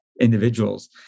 individuals